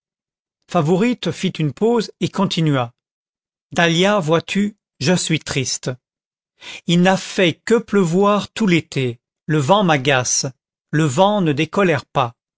favourite fit une pause et continua dahlia vois-tu je suis triste il n'a fait que pleuvoir tout l'été le vent m'agace le vent ne décolère pas